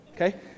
okay